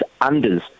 unders